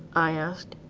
i asked.